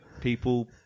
people